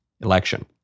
election